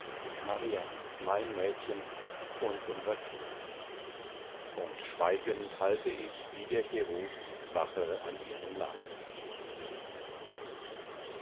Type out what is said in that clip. marianne mein mädchen und unser kind und schweigend halte ich wie der cherub wache an ihrem lager